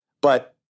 But-